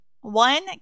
One